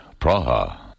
Praha